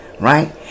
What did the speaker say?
Right